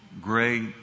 great